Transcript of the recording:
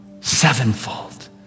sevenfold